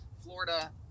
Florida